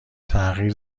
تغییر